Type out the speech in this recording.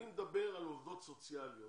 אני מדבר על עובדות סוציאליות